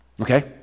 Okay